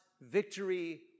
victory